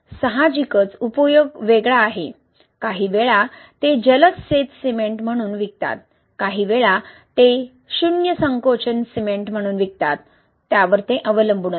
साहजिकच उपयोग वेगळा आहे काहीवेळा ते जलद सेट सिमेंट म्हणून विकतात काहीवेळा ते शून्य संकोचन सिमेंट म्हणून विकतात ते अवलंबून असते